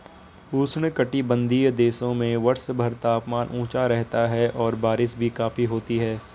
उष्णकटिबंधीय देशों में वर्षभर तापमान ऊंचा रहता है और बारिश भी काफी होती है